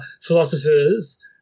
philosophers